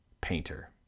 Painter